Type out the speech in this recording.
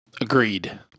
Agreed